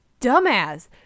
dumbass